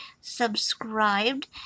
subscribed